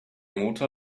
motor